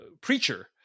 preacher